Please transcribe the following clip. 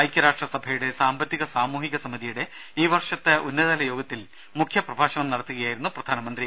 ഐക്യരാഷ്ട്ര സഭയുടെ സാമ്പത്തിക സാമൂഹിക സമിതിയുടെ ഈ വർഷത്തെ ഉന്നതതല യോഗത്തിൽ മുഖ്യപ്രഭാഷണം നടത്തുകയായിരുന്നു പ്രധാനമന്ത്രി